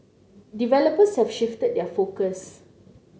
developers have shifted their focus